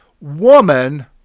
woman